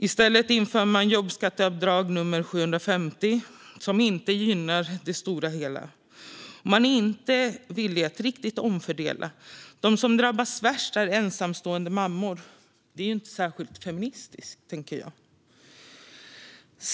I stället inför man jobbskatteavdrag nummer 750, som inte gynnar det stora hela. Man är inte villig att riktigt omfördela. De som drabbas värst är ensamstående mammor. Det är ju inte särskilt feministiskt, tänker jag.